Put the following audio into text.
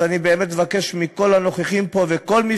אז אני באמת מבקש מכל הנוכחים פה ומכל מי